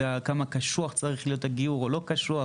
כמה קשוח צריך להיות הגיור או לא קשוח,